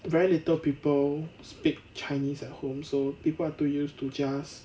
very little people speak chinese at home so people are too used to just